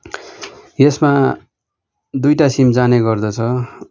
यसमा दुइटा सिम जाने गर्दछ